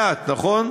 מעט, נכון?